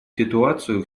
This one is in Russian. ситуацию